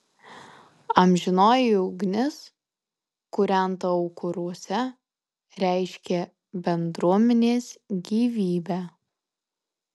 amžinoji ugnis kūrenta aukuruose reiškė bendruomenės gyvybę